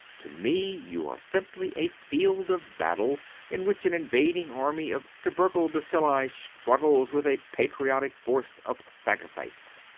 to me you are simply a field of battle in which an invading army of tubercle bacilli struggles with a patriotic force of phagocytes.